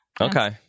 Okay